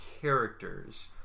characters